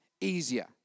easier